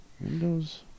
Windows